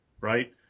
right